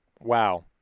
wow